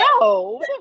no